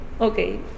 okay